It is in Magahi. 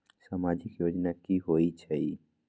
समाजिक योजना की होई छई?